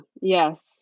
Yes